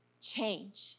Change